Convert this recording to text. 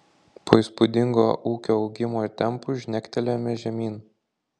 po įspūdingo ūkio augimo tempų žnektelėjome žemyn